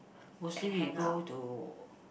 mostly we go to